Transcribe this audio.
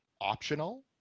optional